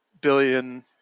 billion